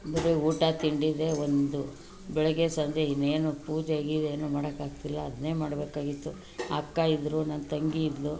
ಬರೀ ಊಟ ತಿಂಡಿದೆ ಒಂದು ಬೆಳಗ್ಗೆ ಸಂಜೆ ಇನ್ನೇನು ಪೂಜೆ ಗೀಜೆ ಏನು ಮಾಡೋಕ್ಕಾಗ್ತಿಲ್ಲ ಅದನ್ನೆ ಮಾಡಬೇಕಾಗಿತ್ತು ಅಕ್ಕ ಇದ್ದರೂ ನನ್ನ ತಂಗಿ ಇದ್ದಳು